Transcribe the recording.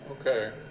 Okay